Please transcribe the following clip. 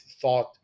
thought